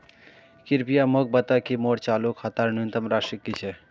कृपया मोक बता कि मोर चालू खातार न्यूनतम राशि की छे